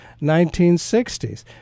1960s